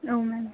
औ मेम